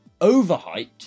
overhyped